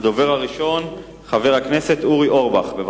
הדובר הראשון, חבר הכנסת אורי אורבך, בבקשה.